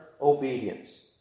obedience